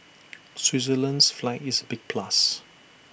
Switzerland's flag is A big plus